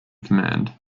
command